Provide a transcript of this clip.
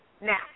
Now